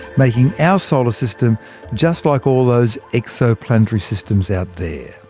making our solar system just like all those exoplanetary systems out there.